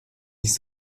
nicht